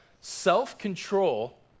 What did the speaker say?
self-control